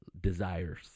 desires